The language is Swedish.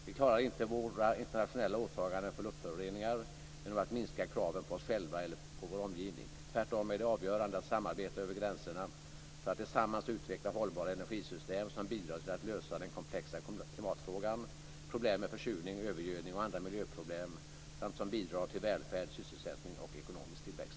Vi klarar inte våra internationella åtaganden för luftföroreningar genom att minska kraven på oss själva eller på vår omgivning. Tvärtom är det avgörande att samarbeta över gränserna för att tillsammans utveckla hållbara energisystem som bidrar till att lösa den komplexa klimatfrågan, problem med försurning, övergödning och andra miljöproblem samt som bidrar till välfärd, sysselsättning och ekonomisk tillväxt.